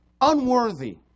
unworthy